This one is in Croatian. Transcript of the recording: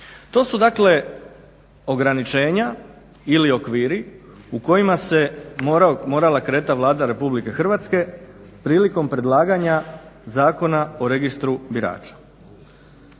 To su dakle ograničenja ili okviri u kojima se morala kretati Vlada Republike Hrvatske prilikom predlaganja Zakona o registru birača.